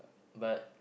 but